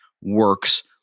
works